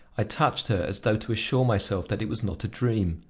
i touched her as though to assure myself that it was not a dream.